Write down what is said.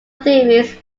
theories